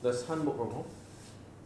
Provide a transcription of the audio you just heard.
the son work from home